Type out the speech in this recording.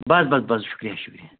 بَس بَس بَس شُکریہ شُکریہ